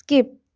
skip